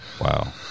wow